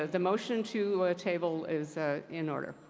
the motion to table is in order.